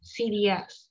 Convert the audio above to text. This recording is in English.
CDS